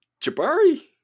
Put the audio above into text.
Jabari